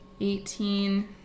eighteen